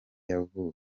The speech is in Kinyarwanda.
yavuze